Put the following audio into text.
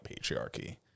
patriarchy